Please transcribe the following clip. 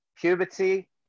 puberty